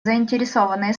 заинтересованные